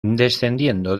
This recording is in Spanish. descendiendo